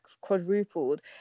quadrupled